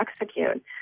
execute